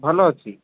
ଭଲ ଅଛି